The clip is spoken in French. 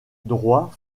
droit